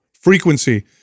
Frequency